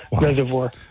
reservoir